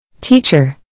Teacher